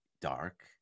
dark